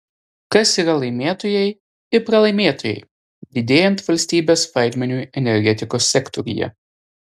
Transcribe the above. kas yra laimėtojai ir pralaimėtojai didėjant valstybės vaidmeniui energetikos sektoriuje